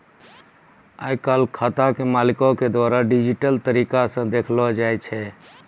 आइ काल्हि खाता के मालिको के द्वारा डिजिटल तरिका से देखलो जाय छै